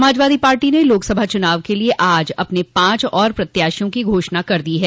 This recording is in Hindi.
समाजवादी पार्टी ने लोकसभा चुनाव क लिए आज अपने पांच और प्रत्याशियों की घोषणा कर दी है